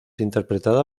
interpretada